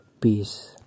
Peace